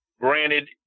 granted